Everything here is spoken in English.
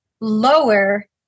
lower